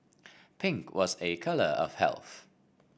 pink was a colour of health